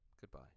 goodbye